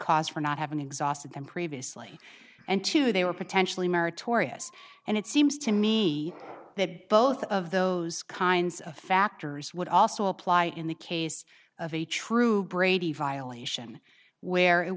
cause for not having exhausted them previously and two they were potentially meritorious and it seems to me that both of those kinds of factors would also apply in the case of a true brady violation where it